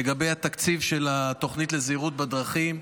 לגבי התקציב של התוכנית לזהירות בדרכים.